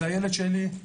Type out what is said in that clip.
זה הילד שלי.